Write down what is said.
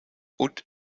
und